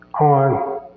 on